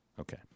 Okay